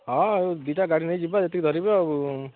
ହଁ ଆଉ ଦୁଇଟା ଗାଡ଼ି ନେଇକି ଯିବା ଯେତିକି ଧରିବେ ଆଉ